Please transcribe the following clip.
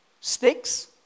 Sticks